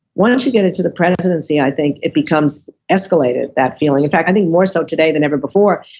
once you get into the presidency i think, it becomes escalated that feeling in fact i think more so today than ever before.